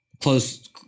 close